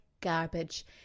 garbage